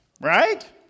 right